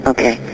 Okay